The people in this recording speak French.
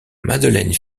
madeleine